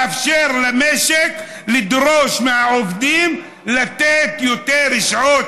לאפשר למשק לדרוש מהעובדים לתת יותר שעות